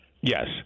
Yes